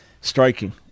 Striking